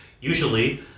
Usually